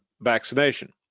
vaccination